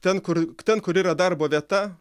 ten kur ten kur yra darbo vieta